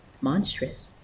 monstrous